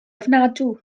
ofnadwy